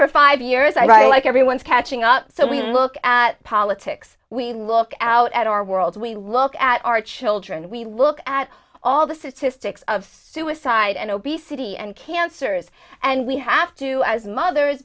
for five years i don't like everyone's catching up so we look at politics we look out at our world we look at our children we look at all the statistics of suicide and obesity and cancers and we have to as mothers